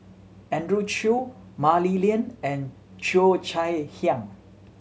Andrew Chew Mah Li Lian and Cheo Chai Hiang